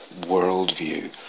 worldview